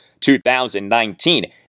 2019